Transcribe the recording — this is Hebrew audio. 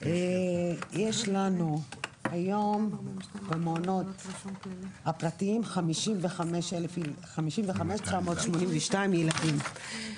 יש לנו היום במעונות הפרטיים 55,982 ילדים.